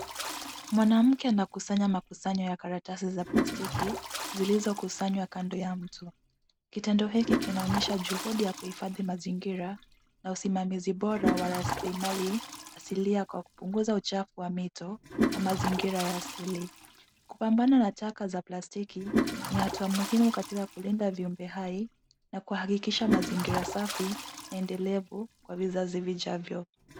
Mwanamke anakusanya makusanyo ya karatasi za plastiki zilizokusanywa kwando ya mto. Kitendo hiki kinaonyesha juhudi za kuhifadhi mazingira na usimamizi bora wa rasilimali asilia kwa kupunguza uchafu wa mito na mazingira ya asili. Kupambana na taka za plastiki, ni hatua muhimu katika kulinda viumbe hai na kuhakikisha mazingira safi endelevu kwa vizazi vijavyo.